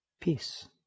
Peace